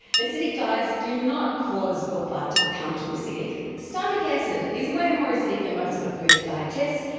acidic diets do not cause your blood to become too acidic. stomach acid is way more acidic than most of the foods it helps digest.